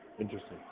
interesting